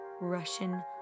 Russian